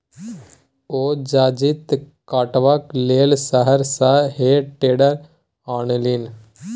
ओ जजाति कटबाक लेल शहर सँ हे टेडर आनलनि